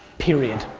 period.